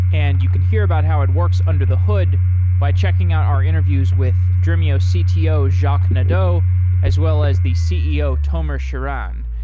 and you can hear about how it works under the hood by checking out our interviews with dremio cto, jacques nadeau as well, as the ceo, tomer shiran.